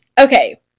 Okay